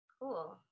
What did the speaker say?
cool